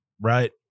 right